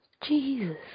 Jesus